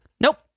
Nope